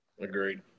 agreed